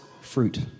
fruit